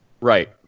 right